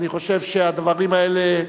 אני חושב שהדברים האלה,